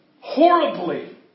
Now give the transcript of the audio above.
horribly